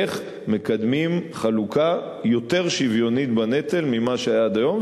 איך מקדמים חלוקה יותר שוויונית של הנטל ממה שהיה עד היום.